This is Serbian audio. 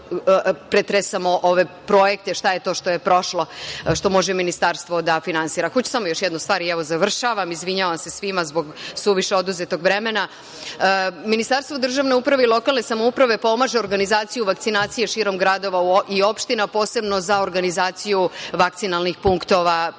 pretresamo ove projekte šta je to što je prošlo što može Ministarstvo da finansira. Hoću samo još jednu stvar i evo završavam. Izvinjavam se svima zbog suviše oduzetog vremena. Ministarstvo državne uprave i lokalne samouprave pomaže organizaciju vakcinacije širom gradova i opština, posebno za organizaciju vakcinalnih punktova.U ovom